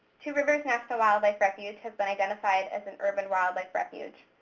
two rivers national wildlife refuge has been identified as an urban wildlife refuge.